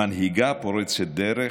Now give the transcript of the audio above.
מנהיגה, פורצת דרך,